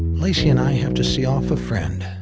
lacy and i have to see off a friend.